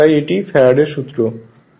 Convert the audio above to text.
তাই এটি ফ্যারাডের সূত্রFaradays Law